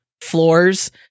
floors